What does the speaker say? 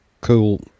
cool